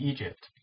Egypt